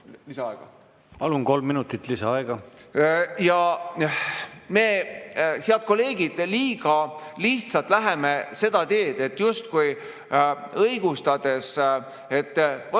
Palun, kolm minutit lisaaega!